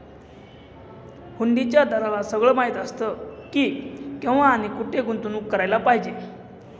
हुंडीच्या दलालाला सगळं माहीत असतं की, केव्हा आणि कुठे गुंतवणूक करायला पाहिजे